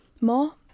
more